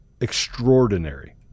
extraordinary